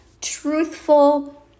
truthful